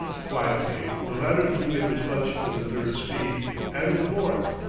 quietly the latter threw in the clutch for the third speed and the fourth.